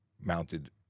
mounted